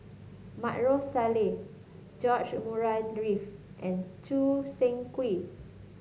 Maarof Salleh George Murray Reith and Choo Seng Quee